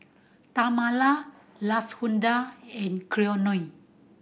Tamala Lashunda and Cleone